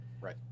Right